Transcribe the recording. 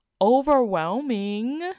Overwhelming